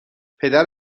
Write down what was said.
پدر